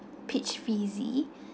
peach fizzy